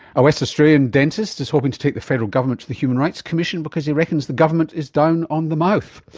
a west australian dentist is hoping to take the federal government to the human rights because he reckons the government is down on the mouth.